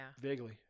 Vaguely